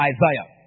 Isaiah